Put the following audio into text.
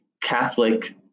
Catholic